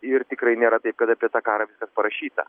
ir tikrai nėra taip kad apie tą karą parašyta